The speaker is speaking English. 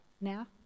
now